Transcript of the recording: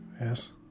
Yes